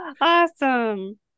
Awesome